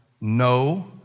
no